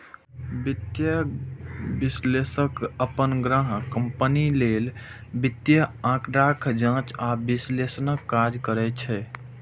वित्तीय विश्लेषक अपन ग्राहक कंपनी लेल वित्तीय आंकड़ाक जांच आ विश्लेषणक काज करै छै